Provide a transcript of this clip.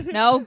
no